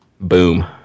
Boom